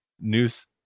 news